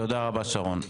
תודה רבה, שרון.